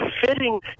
fitting